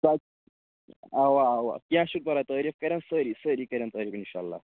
اَوا اَوا کیٚنٛہہ چھُنہٕ پَرواے تٲریٖف کَرن سٲری سٲری کَرن تعریٖف اِنشاء اللہ